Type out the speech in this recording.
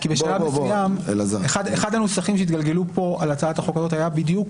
בשלב מסוים אחד הנוסחים שהתגלגלו לפה על הצעת החוק הזאת היה בדיוק